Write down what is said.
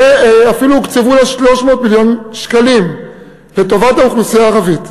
ואפילו הוקצבו לה 300 מיליון שקלים לטובת האוכלוסייה הערבית.